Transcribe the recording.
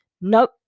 Nope